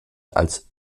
als